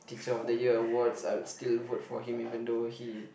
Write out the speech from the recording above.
teacher of the year awards I would still vote for him even though he